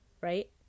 right